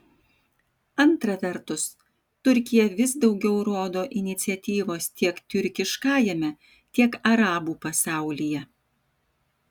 antra vertus turkija vis daugiau rodo iniciatyvos tiek tiurkiškajame tiek arabų pasaulyje